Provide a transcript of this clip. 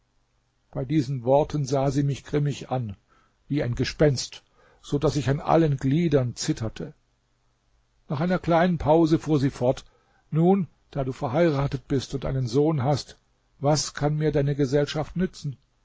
bei diesen worten sah sie mich ganz grimmig an wie ein gespenst so daß ich an allen gliedern zitterte nach einer kleinen pause fuhr sie fort nun da du verheiratet bist und einen sohn hast was kann mir deine gesellschaft nützen